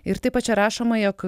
ir taip čia rašoma jog